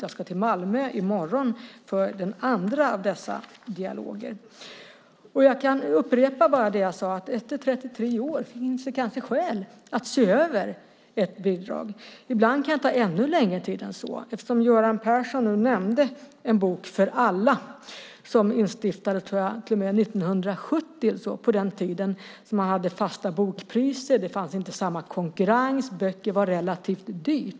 Jag ska till Malmö i morgon för den andra av dessa dialoger. Jag kan upprepa det jag sade: Efter 33 år finns det kanske skäl att se över ett bidrag. Ibland kan det ta ännu längre tid än så. Göran Persson nämnde En bok för alla som instiftades på 70-talet på den tiden man hade fasta bokpriser. Det fanns inte samma konkurrens, och böcker var relativt dyra.